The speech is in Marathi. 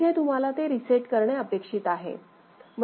इथे तुम्हाला ते रीसेट करणे अपेक्षित आहे